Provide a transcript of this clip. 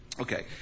Okay